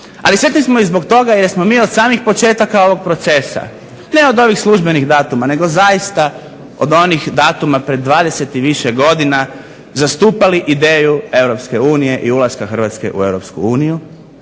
Ali sretni smo i zbog toga jer smo mi od samih početaka ovog procesa, ne od ovih službenih datuma, nego zaista od onih datuma pred 20 i više godina zastupali ideju EU i ulaska Hrvatske u EU